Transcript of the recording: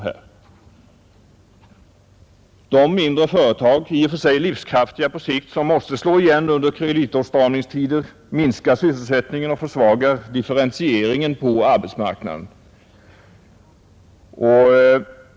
När mindre företag, i och för sig livskraftiga på sikt, måste slå igen i kreditåtstramningstider minskar det sysselsättningen och försvagar differentieringen å arbetsmarknaden.